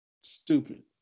stupid